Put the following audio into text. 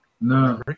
No